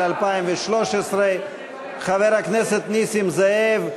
התשע"ג 2013. חבר הכנסת נסים זאב,